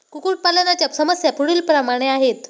कुक्कुटपालनाच्या समस्या पुढीलप्रमाणे आहेत